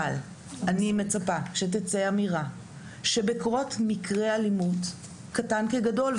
אבל אני מצפה שתצא אמירה שבקרות מקרה אלימות קטן כגדול,